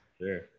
sure